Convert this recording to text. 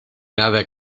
nada